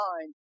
mind